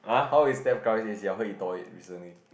how is Stephen-Curry these days heard he tore it recently